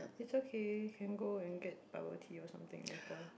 it is okay can go and get our tea or something later